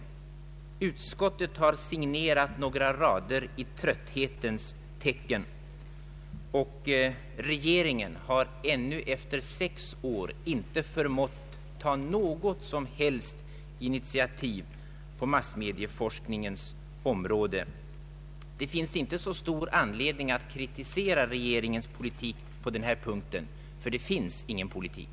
Men utskottet har bara signerat några rader i trötthetens tecken, och regeringen har ännu efter sex år inte förmått ta något som helst initiativ på massmedieforskningens område. Det finns inte så stor anledning att kriti Ang. forskning och forskningsplanering sera regeringens politik i fråga om massmedieforskningen, eftersom det inte finns någon sådan politik!